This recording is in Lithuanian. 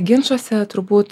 ginčuose turbūt